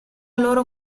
loro